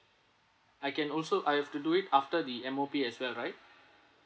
I can also I have to do it after the M_O_P as well right